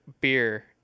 beer